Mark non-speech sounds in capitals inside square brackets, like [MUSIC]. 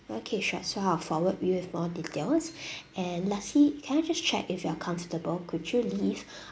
okay sure so I'll forward you with more details [BREATH] and lastly can I just check if you are comfortable could you leave [BREATH]